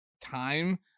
time